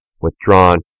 withdrawn